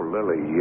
Lily